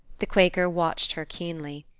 the quaker watched her keenly.